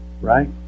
Right